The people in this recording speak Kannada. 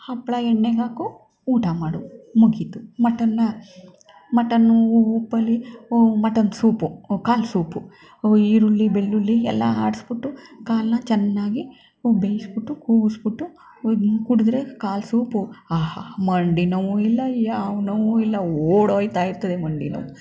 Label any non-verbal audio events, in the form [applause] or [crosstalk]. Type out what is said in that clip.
ಹಪ್ಪಳ ಎಣ್ಣೆಗೆ ಹಾಕು ಊಟ ಮಾಡು ಮುಗೀತು ಮಟನ್ನ ಮಟನ್ನು ಉಪ್ಪಲ್ಲಿ ಓ ಮಟನ್ ಸೂಪು ಕಾಲು ಸೂಪು ಈರುಳ್ಳಿ ಬೆಳ್ಳುಳ್ಳಿ ಎಲ್ಲ ಆಡಿಸ್ಬಿಟ್ಟು ಕಾಲನ್ನ ಚೆನ್ನಾಗಿ ಉ ಬೇಯಿಸ್ಬಿಟ್ಟು ಕೂಗಿಸ್ಬಿಟ್ಟು [unintelligible] ಕುಡಿದ್ರೆ ಕಾಲು ಸೂಪು ಆಹಾ ಮಂಡಿನೋವು ಇಲ್ಲ ಯಾವ ನೋವೂ ಇಲ್ಲ ಓಡೋಗ್ತಾ ಇರ್ತದೆ ಮಂಡಿನೋವು